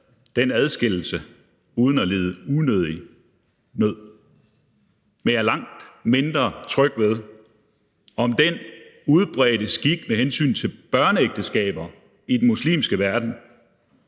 den adskillelse uden at lide unødig nød. Men jeg er langt mindre tryg ved, om den udbredte skik med hensyn til børneægteskaber i den muslimske verden,